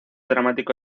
dramático